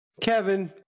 Kevin